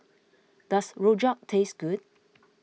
does Rojak taste good